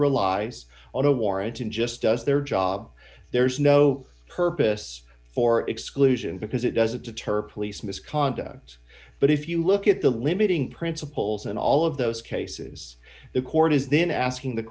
relies on a warrant and just does their job there's no purpose for exclusion because it doesn't deter police misconduct but if you look at the limiting principles and all of those cases the court is then asking the